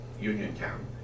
Uniontown